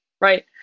right